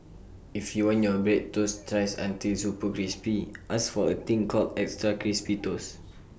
if you want your bread toasted thrice until super crispy ask for A thing called extra crispy toast